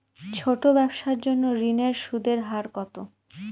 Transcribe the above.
ছোট ব্যবসার জন্য ঋণের সুদের হার কত?